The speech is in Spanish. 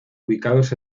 ubicados